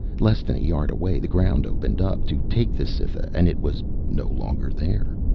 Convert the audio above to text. less than a yard away, the ground opened up to take the cytha and it was no longer there.